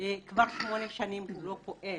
כבר שמונה שנים לא פועל,